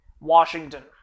Washington